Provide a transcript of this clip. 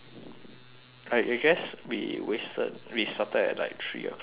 I I guess we wasted we started at like three o'clock that's why